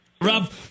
Rob